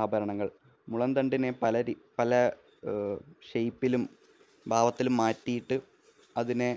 ആഭരണങ്ങള് മുളംതണ്ടിനെ പല ഷേപ്പിലും ഭാവത്തിലും മാറ്റിയിട്ട് അതിനെ